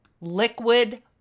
liquid